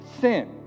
sin